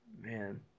man